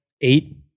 eight